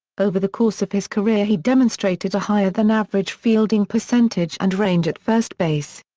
over the course of his career he demonstrated a higher-than-average fielding percentage and range at first base.